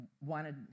wanted